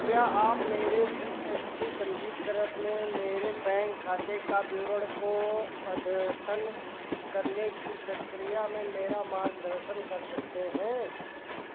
क्या आप मेरे जी एस टी पन्जीकरण में मेरे बैंक खाते का विवरण को अद्यतन करने की प्रक्रिया में मेरा मार्गदर्शन कर सकते हैं